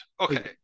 Okay